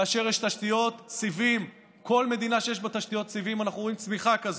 בכל מדינה שיש בה תשתיות סיבים אנחנו רואים צמיחה כזאת.